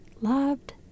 loved